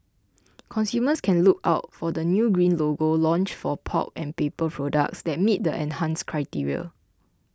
consumers can look out for the new green logo launched for pulp and paper products that meet the enhanced criteria